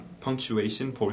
punctuation